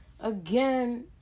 Again